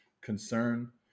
concern